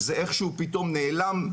זה איכשהו פתאום נעלם,